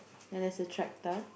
and there's a tractor